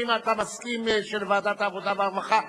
האם אתה מסכים, לוועדת העבודה והרווחה?